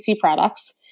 products